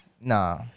Nah